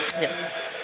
Yes